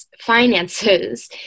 finances